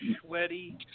sweaty